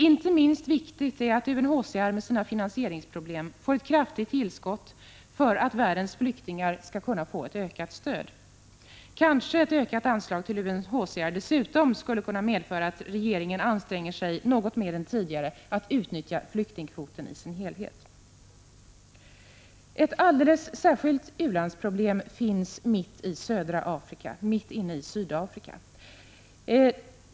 Inte minst viktigt är att UNHCR med sina finansieringsproblem får ett kraftigt tillskott för att världens flyktingar skall kunna få ett ökat stöd. Kanske ett ökat anslag till UNHCR dessutom skulle medföra att regeringen ansträngde sig något mer än tidigare att utnyttja flyktingkvoten i dess helhet. Ett alldeles särskilt u-landsproblem finns mitt i södra Afrika, mitt inne i Sydafrika.